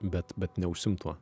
bet bet neužsiimt tuo